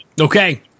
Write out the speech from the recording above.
okay